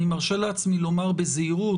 אני מרשה לעצמי לומר בזהירות,